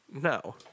No